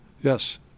Yes